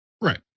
Right